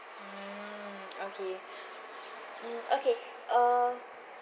mm okay mm okay uh